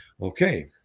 Okay